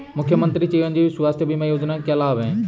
मुख्यमंत्री चिरंजी स्वास्थ्य बीमा योजना के क्या लाभ हैं?